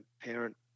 parent